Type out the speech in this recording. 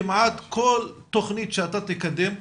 כמעט כל תכנית שאתה תקדם,